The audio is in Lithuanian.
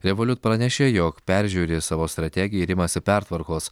revolut pranešė jog peržiūri savo strategiją ir imasi pertvarkos